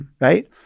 right